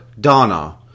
Donna